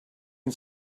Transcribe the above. and